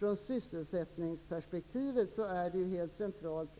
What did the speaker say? Ur sysselsättningsperspektiv är det centralt